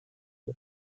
the